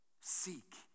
seek